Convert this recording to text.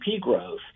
growth